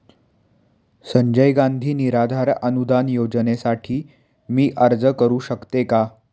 संजय गांधी निराधार अनुदान योजनेसाठी मी अर्ज करू शकते का?